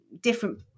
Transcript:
different